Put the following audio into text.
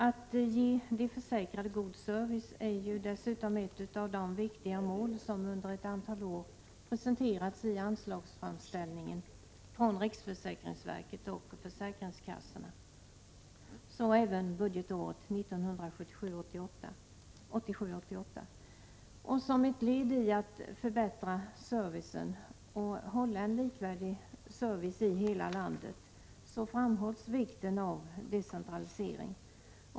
Att ge de försäkrade god service är ju dessutom ett av de viktiga mål som under ett antal år presenterats i anslagsframställningen från riksförsäkringsverket och försäkringskassorna. Så även budgetåret 1987/88. Som ett led i att förbättra servicen och hålla en likvärdig service i hela landet framhålls vikten av decentralisering.